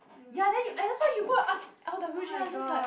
ya then you ah that's why you go and ask i'm just like